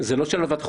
לא שאלה לוועדת חוקה,